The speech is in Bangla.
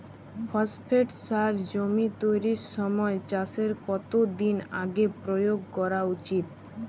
ফসফেট সার জমি তৈরির সময় চাষের কত দিন আগে প্রয়োগ করা উচিৎ?